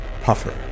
Puffer